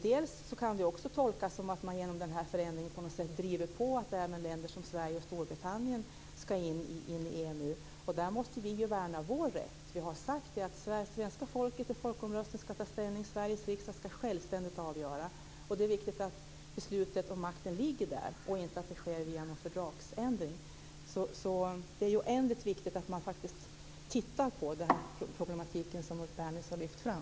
Det kan också tolkas som att man genom denna förändring på något sätt driver på att länder som Sverige och Storbritannien ska in i EMU. Och i det sammanhanget så måste ju vi värna om vår rätt. Vi har sagt att svenska folket i en folkomröstning ska ta ställning. Och Sveriges riksdag ska självständigt avgöra. Det är viktigt att beslutet och makten ligger där och att detta inte sker via någon fördragsändring. Det är alltså oändligt viktigt att man faktiskt tittar på den problematik som Ulf Bernitz har lyft fram.